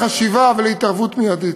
לחשיבה ולהתערבות מיידית.